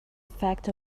effect